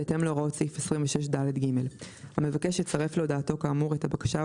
בהתאם להוראות סעיף 26ד(ג); המבקש יצרף להודעתו כאמור את הבקשה,